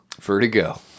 Vertigo